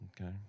Okay